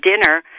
dinner